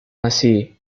así